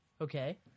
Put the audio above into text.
okay